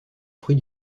fruit